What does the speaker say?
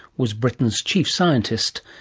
was britain's chief scientist,